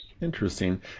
Interesting